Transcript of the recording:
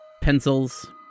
pencils